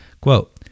Quote